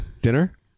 Dinner